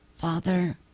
Father